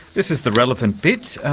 this is the relevant bit,